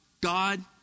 God